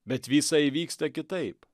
bet visa įvyksta kitaip